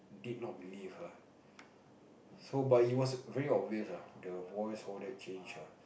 he did not believe ah so but it was real obvious ah the voice all that change ah